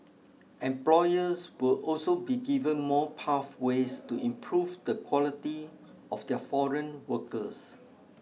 employers will also be given more pathways to improve the quality of their foreign workers